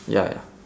ya ya